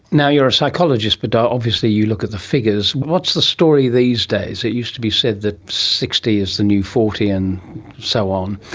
you're a psychologist but obviously you look at the figures. what's the story these days? it used to be said that sixty is the new forty and so on,